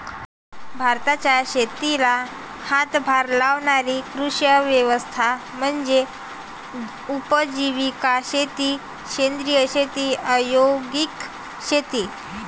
भारताच्या शेतीला हातभार लावणारी कृषी व्यवस्था म्हणजे उपजीविका शेती सेंद्रिय शेती औद्योगिक शेती